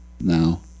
now